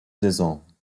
saison